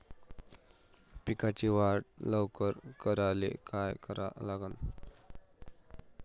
पिकाची वाढ लवकर करायले काय करा लागन?